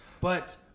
But-